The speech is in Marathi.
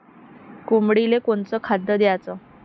कोंबडीले कोनच खाद्य द्याच?